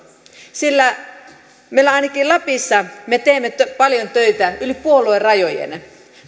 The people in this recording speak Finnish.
sillä ainakin meillä lapissa me teemme paljon töitä yli puoluerajojen